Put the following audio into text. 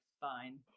fine